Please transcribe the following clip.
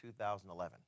2011